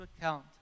account